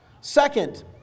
Second